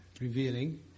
revealing